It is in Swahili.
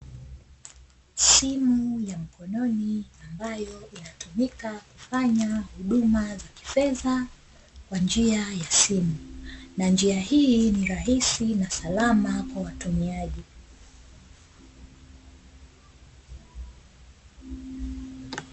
Simu ya mkononi ambayo inatumika kufanya huduma za kifedha kwa njia ya simu, na njia hii ni rahisi na salama kwa watumiaji.